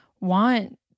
want